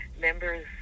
members